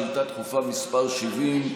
שאילתה דחופה מס' 70,